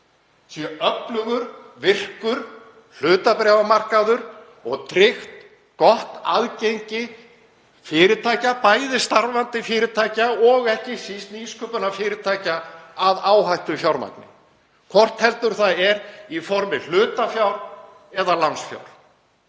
sé öflugur, virkur hlutabréfamarkaður og tryggt gott aðgengi fyrirtækja, starfandi fyrirtækja og ekki síst nýsköpunarfyrirtækja, að áhættufjármagni, hvort heldur það er í formi hlutafjár eða lánsfjár.